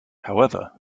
however